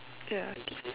ya